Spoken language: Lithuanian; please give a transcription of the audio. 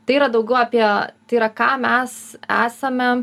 tai yra daugiau apie tai yra ką mes esame